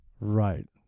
right